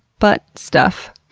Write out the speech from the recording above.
butt stuff.